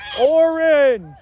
orange